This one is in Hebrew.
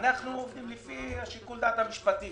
אנחנו הולכים לפי שיקול הדעת המשפטי